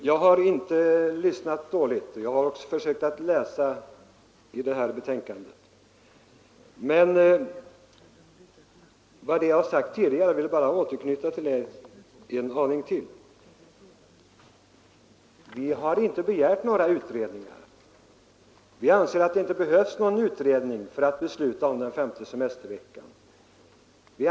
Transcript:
Herr talman! Nej, herr Nordberg, jag har inte lyssnat dåligt, och jag har läst betänkandet. Jag vill nu bara återknyta till vad jag sade tidigare. Vi har inte begärt någon utredning. Vi anser att det inte behövs någon utredning för att besluta om en femte semestervecka.